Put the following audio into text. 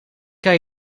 kan